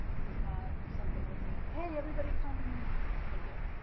it was not something that we, hey, everybody, come and come and do.